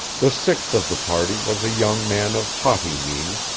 the sixth of the party was a young man of haughty mien,